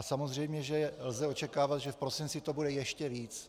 Samozřejmě že lze očekávat, že v prosinci to bude ještě víc.